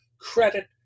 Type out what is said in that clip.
credit